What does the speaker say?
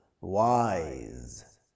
wise